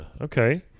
okay